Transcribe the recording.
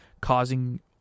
causing